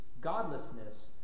godlessness